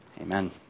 Amen